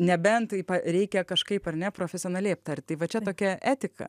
nebent tai reikia kažkaip ar ne profesionaliai aptarti va čia tokia etika